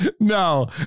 No